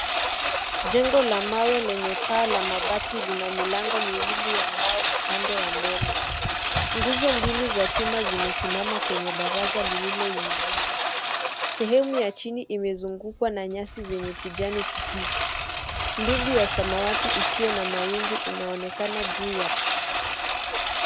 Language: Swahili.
Jengo la mawe lenye paa la mabati lina milango miwili ya mbao upande wa mbele, nguzo mbili za chuma zimesimama kwenye baraza liloinuliwa, sehumu ya chini imezungukwa na nyasi zenye kijani kibichi mbingu ya samawati isiyo na mawingu inaonekana juu ya paa.